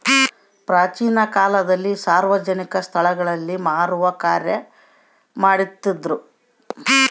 ಪ್ರಾಚೀನ ಕಾಲದಲ್ಲಿ ಸಾರ್ವಜನಿಕ ಸ್ಟಳಗಳಲ್ಲಿ ಮಾರುವ ಕಾರ್ಯ ಮಾಡ್ತಿದ್ರು